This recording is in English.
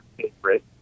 favorite